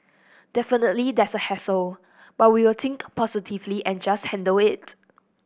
definitely there's a hassle but we will think positively and just handle it